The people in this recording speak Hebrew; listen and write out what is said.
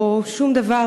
או שום דבר,